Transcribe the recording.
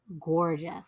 gorgeous